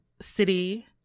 city